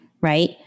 right